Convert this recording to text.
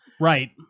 Right